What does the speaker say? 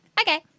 okay